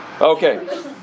Okay